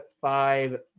five